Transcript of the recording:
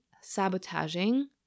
sabotaging